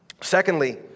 Secondly